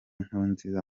nkurunziza